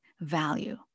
value